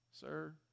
Sir